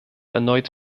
erneut